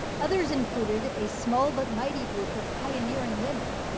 others included a small but mighty group of pioneering women,